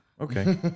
okay